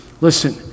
Listen